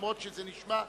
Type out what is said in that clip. אף-על-פי שזה נשמע,